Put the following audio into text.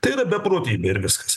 tai yra beprotybė ir viskas